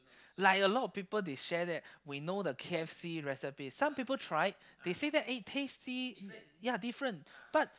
like a lot of people they share that we know the k_f_c recipe some people tried they say that eh taste see ya different but